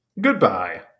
Goodbye